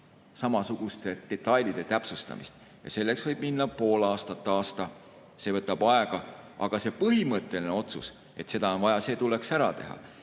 samasuguste detailide täpsustamist. Selleks võib minna pool aastat või aasta, see võtab aega, aga see põhimõtteline otsus, et seda on vaja, see tuleks ära teha.